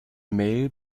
mail